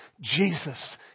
Jesus